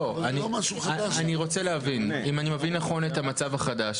אני רוצה לדעת אם אני מבין נכון את המצב החדש,